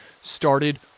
started